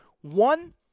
One